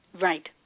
Right